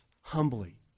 humbly